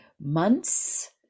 months